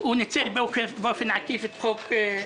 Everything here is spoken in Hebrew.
החקלאיים.